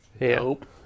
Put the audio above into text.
Nope